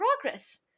progress